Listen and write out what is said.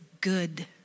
good